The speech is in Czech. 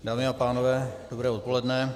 Dámy a pánové dobré odpoledne.